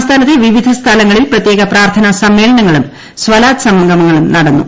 സംസ്ഥാനത്തെ വിവിധ സ്ഥലങ്ങളിൽ പ്രത്യേക പ്രാർത്ഥനാ സമ്മേളനങ്ങളും സ്വലാത്ത് സംഗമങ്ങളും നടന്നു